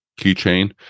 keychain